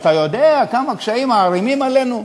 אתה יודע כמה קשיים מערימים עלינו?